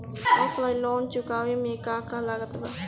Offline loan चुकावे म का का लागत बा?